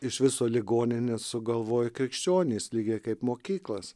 iš viso ligoninę sugalvojo krikščionys lygiai kaip mokyklas